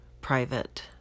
private